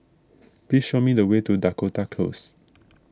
please show me the way to Dakota Close